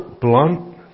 blunt